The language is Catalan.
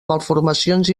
malformacions